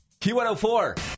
Q104